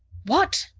what?